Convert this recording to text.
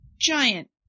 giant